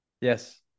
Yes